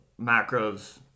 macros